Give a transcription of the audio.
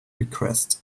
request